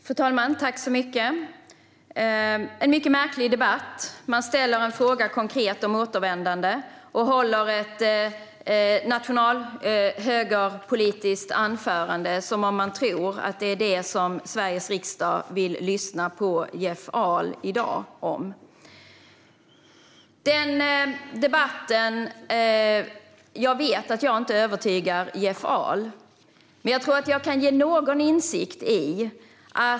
Fru talman! Detta är en mycket märklig debatt. Jeff Ahl ställer en konkret fråga om återvändande och håller ett national och högerpolitiskt anförande som om han tror att det är det som Sveriges riksdag vill lyssna på i dag. Jag vet att jag inte övertygar Jeff Ahl, men jag tror att jag kan ge honom någon insikt.